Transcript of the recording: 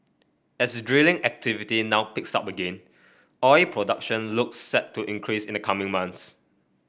as drilling activity now picks up again oil production looks set to increase in the coming months